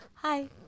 Hi